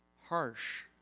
Harsh